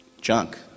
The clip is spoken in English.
junk